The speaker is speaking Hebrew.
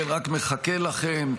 רק מחכה לכם,